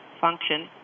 function